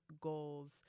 goals